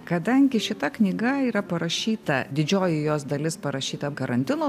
kadangi šita knyga yra parašyta didžioji jos dalis parašyta karantino